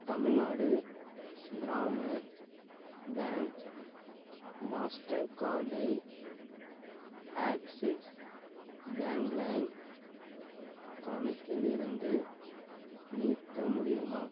தமில்நாடு கிராம bank master கார்டை axis bank Lime கணக்கில் இருந்து நீக்க முடியுமா